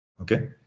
Okay